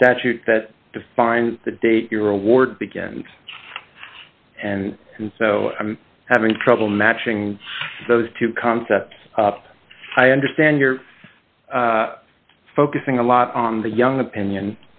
a statute that defines the date your award begins and and so i'm having trouble matching those two concepts up i understand you're focusing a lot on the young opinion